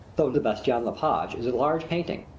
though the bastien-lepage is a large painting,